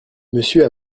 monsieur